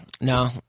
No